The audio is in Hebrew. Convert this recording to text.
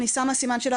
אני שמה סימן שאלה,